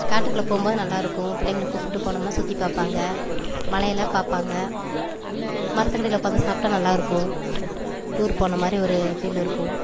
காட்டுக்குள்ளே போகும்போது நல்லாயிருக்கும் பிள்ளைங்கள கூப்பிட்டு போனோம்னா சுற்றி பார்ப்பாங்க மலையெல்லாம் பார்ப்பாங்க மரத்துக்கடியில் உட்காந்து சாப்பிட்டா நல்லாயிருக்கும் டூர் போன மாதிரி ஒரு பீல் இருக்கும்